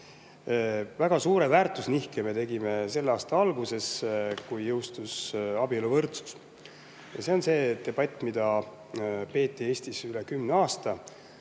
Väga suure väärtusnihke tegime me selle aasta alguses, kui jõustus abieluvõrdsus. Seda debatti peeti Eestis üle kümne aasta